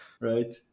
right